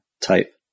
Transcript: type